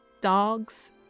dogs